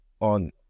On